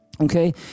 okay